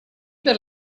per